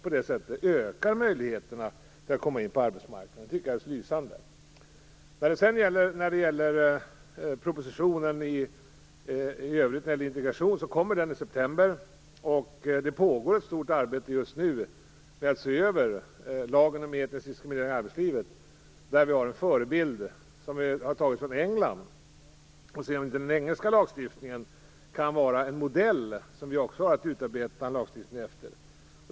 Då ökar också möjligheterna att komma in på arbetsmarknaden. Det här tycker jag är alldeles lysande. När det gäller propositionen om integration kommer den i september. Det pågår just nu ett stort arbete med att se över lagen om etnisk diskriminering i arbetslivet. Där har vi tagit en förebild från England och ser om inte den engelska lagstiftningen kan vara en modell som vi kan utarbeta en lagstiftning efter.